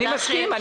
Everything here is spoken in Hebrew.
אני מסכים.